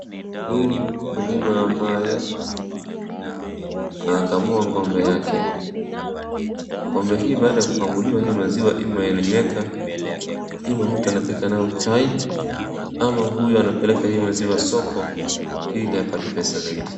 Huyu ni mkulima ambaye anakamua ng'ombe yake. Ng'ombe hii baada ya kukamuliwa hii maziwa hii mahali aweka huwa anapika nayo chai ama huyu anapeleka hii maziwa soko ili apate pesa zaidi.